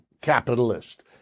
capitalist